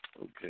Okay